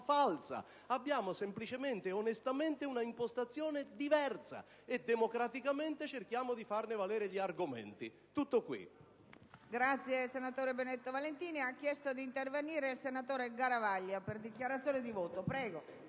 falsa: abbiamo semplicemente e onestamente un'impostazione diversa e democraticamente cerchiamo di farne valere gli argomenti. Tutto qui.